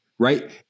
Right